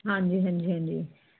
ਹਾਂਜੀ ਹਾਂਜੀ ਹਾਂਜੀ